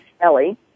Ellie